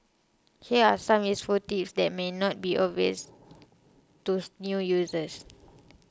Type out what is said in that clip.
here are some useful tips that may not be obvious to new users